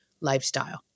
lifestyle